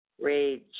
Rage